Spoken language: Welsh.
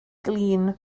glin